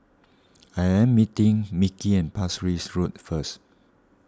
I am meeting Mickey at Pasir Ris Road first